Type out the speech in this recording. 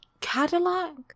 Cadillac